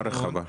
בהסכמה רחבה...